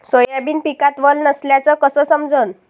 Soybean पिकात वल नसल्याचं कस समजन?